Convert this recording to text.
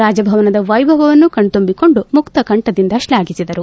ರಾಜಭವನದ ವೈಭವವನ್ನು ಕಣ್ನುಂಬಿಕೊಂಡು ಮುಕ್ಷ ಕಂಠದಿಂದ ಶ್ವಾಘಿಸಿದರು